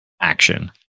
action